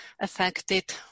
affected